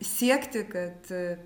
siekti kad